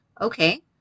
okay